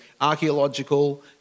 archaeological